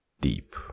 deep